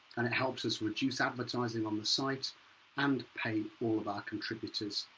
and it helps us reduced advertising on the site and pay all of our contributors,